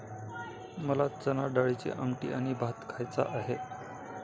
मला चणाडाळीची आमटी आणि भात खायचा आहे